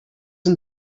and